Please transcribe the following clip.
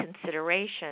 consideration